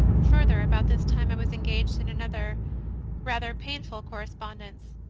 further, about this time i was engaged in an other rather painful correspondence.